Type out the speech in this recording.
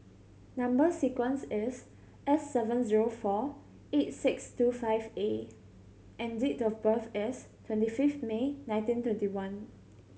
number sequence is S seven zero four eight six two five A and date of birth is twenty five May nineteen twenty one